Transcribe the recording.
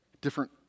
different